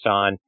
on